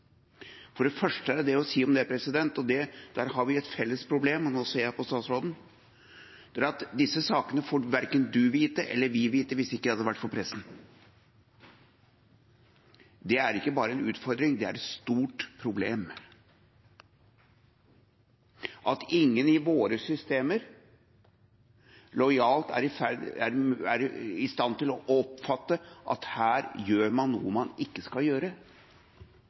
For det første er det det å si om det – der har vi et felles problem, og nå ser jeg på statsråden – at disse sakene hadde verken hun eller vi fått vite om hvis det ikke hadde vært for pressen. Det er ikke bare en utfordring, det er et stort problem at ingen i våre systemer lojalt er i stand til å oppfatte at her gjør man noe man ikke skal gjøre,